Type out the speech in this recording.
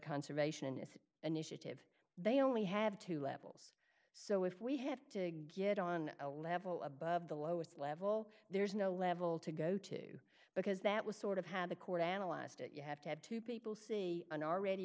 conservationist initiative they only have two levels so if we have to get on a level above the lowest level there's no level to go to because that was sort of have the court analyzed you have to have two people see an already